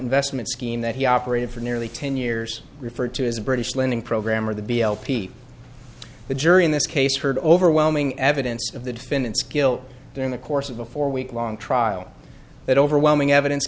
investment scheme that he operated for nearly ten years referred to as a british lending program or the b l p the jury in this case heard overwhelming evidence of the defendant's guilt during the course of a four week long trial that overwhelming evidence